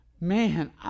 man